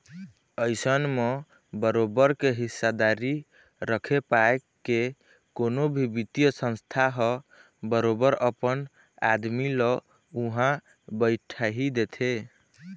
अइसन म बरोबर के हिस्सादारी रखे पाय के कोनो भी बित्तीय संस्था ह बरोबर अपन आदमी ल उहाँ बइठाही देथे